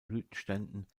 blütenständen